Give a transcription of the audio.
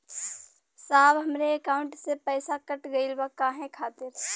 साहब हमरे एकाउंट से पैसाकट गईल बा काहे खातिर?